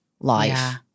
life